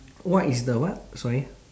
what is the what uh sorry